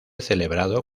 celebrado